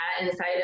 inside